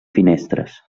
finestres